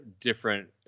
different